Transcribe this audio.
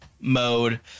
mode